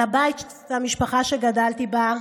על הבית והמשפחה שגדלתי בה,